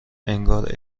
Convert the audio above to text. انگار